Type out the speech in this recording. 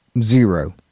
zero